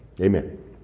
amen